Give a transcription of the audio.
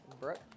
Brooke